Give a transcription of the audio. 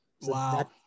Wow